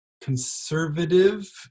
conservative